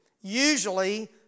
Usually